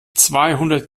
zweihundert